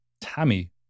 Tammy